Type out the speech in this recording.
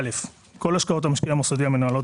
כל השקעות המשקיע המוסדי המנוהלות